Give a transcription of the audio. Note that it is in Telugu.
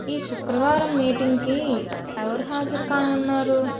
ఈ శుక్రవారం మీటింగ్కి ఎవరు హాజరు కానున్నారు